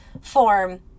form